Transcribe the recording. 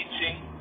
teaching